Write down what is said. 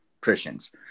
Christians